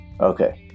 Okay